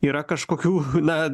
yra kažkokių na